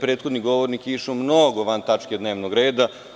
Prethodni govornik je išao mnogo van tačke dnevnog reda